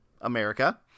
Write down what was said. America